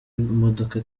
imodoka